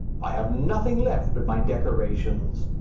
i have nothing left but my decorations.